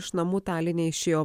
iš namų taline išėjo